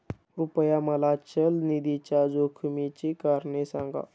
कृपया मला चल निधीच्या जोखमीची कारणे सांगा